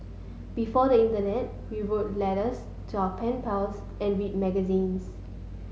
before the internet we wrote letters to our pen pals and read magazines